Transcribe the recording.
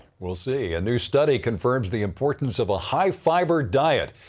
well see. a new study confirms the importance of a high-fiber diet.